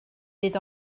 bydd